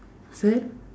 sir